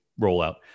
rollout